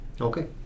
Okay